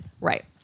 Right